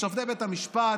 שופטי בית המשפט,